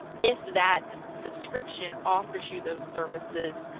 if that subscription offers you those services